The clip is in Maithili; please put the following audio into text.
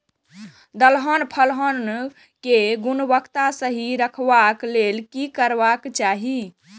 दलहन फसल केय गुणवत्ता सही रखवाक लेल की करबाक चाहि?